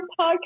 podcast